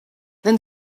then